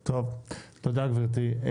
טוב, תודה גברתי.